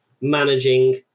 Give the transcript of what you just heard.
managing